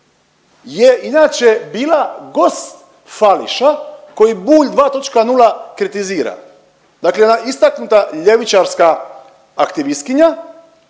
je inače bila gost Fališa koji Bulj 2.0 kritizira. Dakle, jedna istaknuta ljevičarska aktivistkinja,